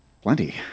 plenty